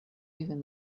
even